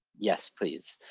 yes, please.